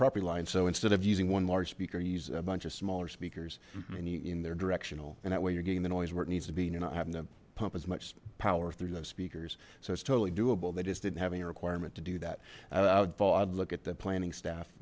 property line so instead of using one large speaker use a bunch of smaller speakers and you in their directional and that way you're getting the noise where it needs to be and you're not having to pump as much power through those speakers so it's totally doable they just didn't have any requirement to do that i would fall i'd look at the planning staff